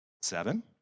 Seven